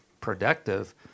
productive